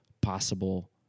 possible